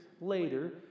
later